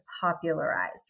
popularized